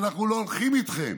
שאנחנו לא הולכים איתכם